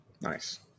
nice